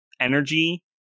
energy